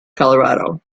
colorado